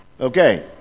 Okay